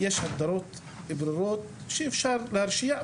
הגדרות ברורות שאפשר להרשיע,